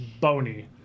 bony